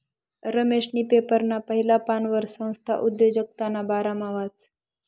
रमेशनी पेपरना पहिला पानवर संस्था उद्योजकताना बारामा वाचं